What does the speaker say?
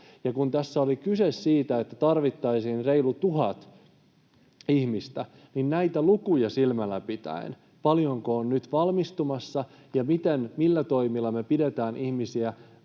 kun tässä oli kyse siitä, että tarvittaisiin reilut tuhat ihmistä, niin näitä lukuja silmällä pitäen — paljonko on nyt valmistumassa ja millä toimilla me pidetään ihmisiä